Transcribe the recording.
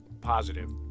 positive